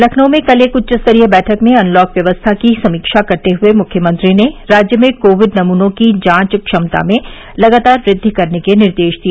लखनऊ में कल एक उच्च स्तरीय बैठक में अनलॉक व्यवस्था की समीक्षा करते हुए मुख्यमंत्री ने राज्य में कोविड नमूनों की जांच क्षमता में लगातार वृद्धि करने के निर्देश दिए